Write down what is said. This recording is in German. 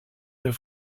der